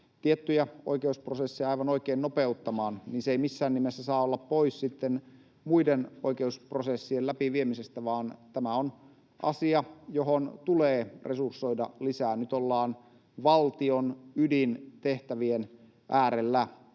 tiettyjä oikeusprosesseja aivan oikein nopeuttamaan, se ei missään nimessä saa olla sitten pois muiden oikeusprosessien läpiviemisestä, vaan tämä on asia, johon tulee resursoida lisää. Nyt ollaan valtion ydintehtävien äärellä,